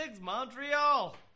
Montreal